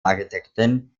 architekten